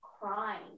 crying